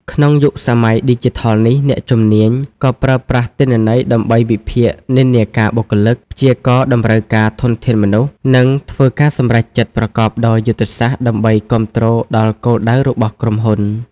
ក្នុងយុគសម័យឌីជីថលនេះ អ្នកជំនាញ ក៏ប្រើប្រាស់ទិន្នន័យដើម្បីវិភាគនិន្នាការបុគ្គលិក ព្យាករណ៍តម្រូវការធនធានមនុស្ស និងធ្វើការសម្រេចចិត្តប្រកបដោយយុទ្ធសាស្ត្រ ដើម្បីគាំទ្រដល់គោលដៅរបស់ក្រុមហ៊ុន។